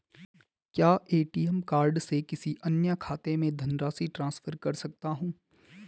क्या ATM card से किसी अन्य खाते में धनराशि ट्रांसफर कर सकता हूँ?